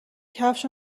کفش